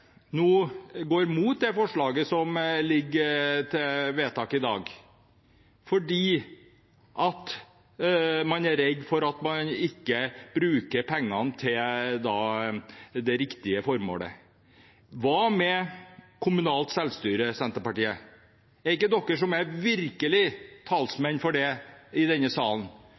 nå går imot det forslaget som fremmes i dag. De er redd for at man ikke vil bruke pengene til det riktige formålet. Hva med det kommunale selvstyret, Senterpartiet? Er det ikke dere som virkelig er talsmennene for det i denne salen?